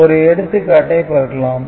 ஒரு எடுத்துக் காட்டைப் பார்க்கலாம்